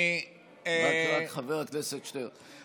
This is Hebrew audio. חבר הכנסת שטרן.